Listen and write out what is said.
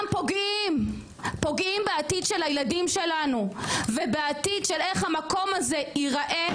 וגם פוגעים בעתיד של הילדים שלנו ובעתיד של איך המקום הזה ייראה,